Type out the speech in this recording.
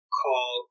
call